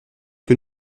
que